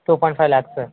two point five lakhs sir